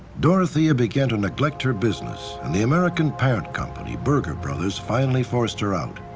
dorothea began to neglect her business, and the american parent company, burger brothers, finally forced her out.